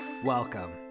Welcome